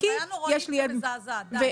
אפליה נוראית ומזעזעת, טל.